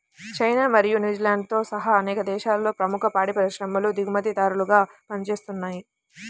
China మరియు న్యూజిలాండ్తో సహా అనేక దేశాలలో ప్రముఖ పాడి పరిశ్రమలు దిగుమతిదారులుగా పనిచేస్తున్నయ్